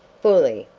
fully.